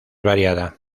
variada